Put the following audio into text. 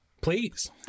Please